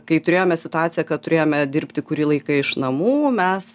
kai turėjome situaciją kad turėjome dirbti kurį laiką iš namų mes